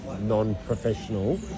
non-professional